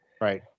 Right